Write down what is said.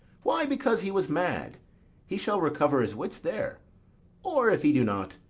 why, because he was mad he shall recover his wits there or, if he do not,